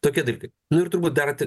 tokie dalykai nu ir turbūt dar